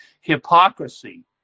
hypocrisy